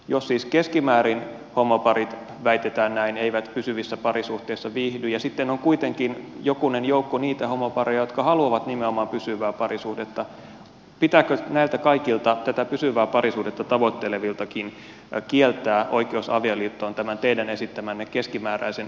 jos siis keskimäärin homoparit väitetään näin eivät pysyvissä parisuhteissa viihdy ja sitten on kuitenkin jokunen joukko niitä homopareja jotka haluavat nimenomaan pysyvää parisuhdetta pitääkö näiltä kaikilta tätä pysyvää parisuhdetta tavoitteleviltakin kieltää oikeus avioliittoon tämän teidän esittämänne keskimääräisen tilaston perusteella